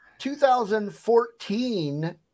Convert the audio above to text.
2014